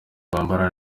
bambara